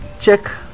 check